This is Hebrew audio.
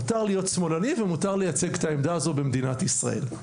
מותר להיות שמאלני ומותר לייצג את העמדה הזו במדינת ישראל.